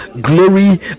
glory